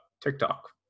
TikTok